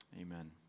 Amen